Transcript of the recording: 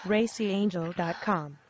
Racyangel.com